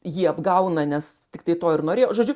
jį apgauna nes tiktai to ir norėjo žodžiu